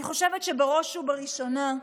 בראש ובראשונה,